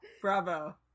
Bravo